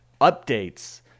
updates